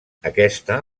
aquesta